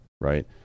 right